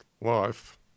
life